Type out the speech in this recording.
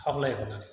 खावलायहरनानै